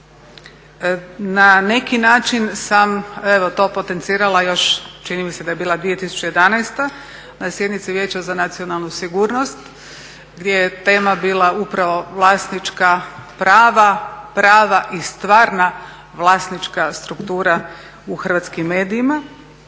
Na neki način sam evo to potencirala još čini mi se da je bila 2011., na sjednici Vijeća za nacionalnu sigurnost gdje je tema bila upravo vlasnička prava i stvarna vlasnička struktura u hrvatskim medijima,